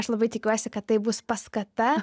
aš labai tikiuosi kad tai bus paskata